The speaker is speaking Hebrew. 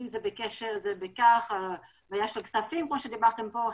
שהוא יקבל החזק להשקעה שלו פקטור של 2 וגם פקטור של 1.5 ותמר עבדו בשיא